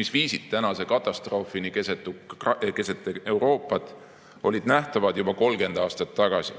mis viisid tänase katastroofini keset Euroopat, olid nähtavad juba 30 aastat tagasi.